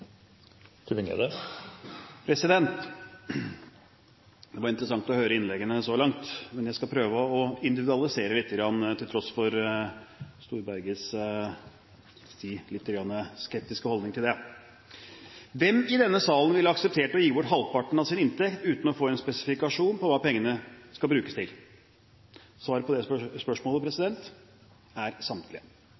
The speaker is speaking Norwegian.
Det har vært interessant å høre innleggene så langt, men jeg skal prøve å individualisere litt, til tross for Storbergets litt skeptiske holdning til det. Hvem i denne salen ville akseptert å gi bort halvparten av sin inntekt uten å få en spesifikasjon på hva pengene skal brukes til? Svaret på det spørsmålet